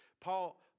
Paul